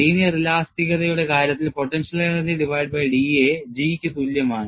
linear ഇലാസ്തികതയുടെ കാര്യത്തിൽ potential energy divided by da G ക്ക് തുല്യമാണ്